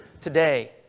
today